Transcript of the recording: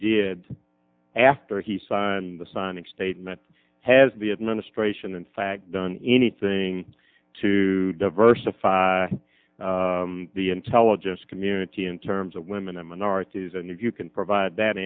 did after he signed the sonic statement has the administration in fact done anything to diversify the intelligence community in terms of women and minorities and if you can provide that